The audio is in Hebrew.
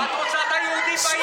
את רוצה את היהודים בים.